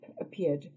appeared